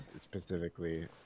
specifically